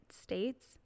states